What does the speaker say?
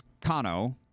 Kano